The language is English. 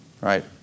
right